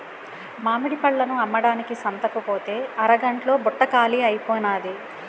మామిడి పళ్ళను అమ్మడానికి సంతకుపోతే అరగంట్లో బుట్ట కాలీ అయిపోనాది